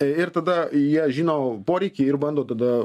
ir tada jie žino poreikį ir bando tada